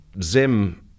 zim